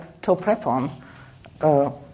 toprepon